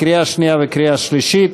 לקריאה שנייה ולקריאה שלישית.